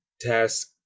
task